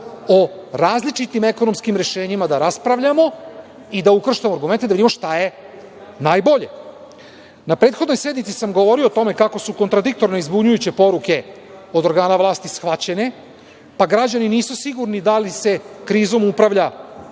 o različitim ekonomskim rešenjima da raspravljamo i da ukrštamo argumente, da vidimo šta je najbolje. Na prethodnoj sednici sam govorio o tome kako su kontradiktorne i zbunjujuće poruke od organa vlasti shvaćene, pa građani nisu sigurni da li se krizom upravlja